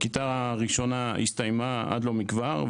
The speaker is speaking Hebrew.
כיתה ראשונה הסתיימה עד לא מכבר,